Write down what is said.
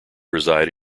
reside